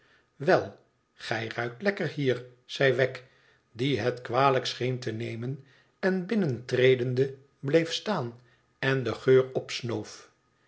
wel gij ruikt lekker hier zei wegg die het kwalijk scheen te nemen en binnentredende bleef staan en den geur opsnoof